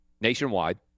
nationwide